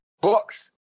Books